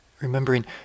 Remembering